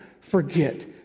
forget